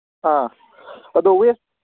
ꯑꯥ ꯑꯗꯨ ꯋꯦꯁ